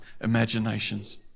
imaginations